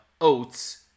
oats